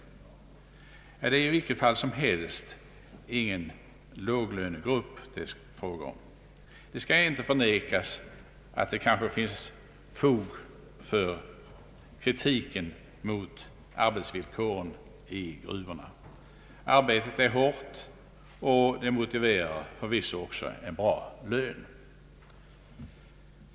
Det är i vilket fall som helst ingen låglönegrupp som det här är fråga om. Det skall inte förnekas att det kanske finns fog för kritiken mot arbetsvillkoren i gruvorna. Arbetet där är hårt och motiverar förvisso också en bra lön.